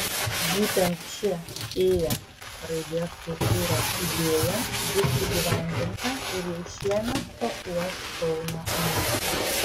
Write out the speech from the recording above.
būtent ši ė raidės skulptūros idėja bus įgyvendinta ir jau šiemet papuoš kauno miestą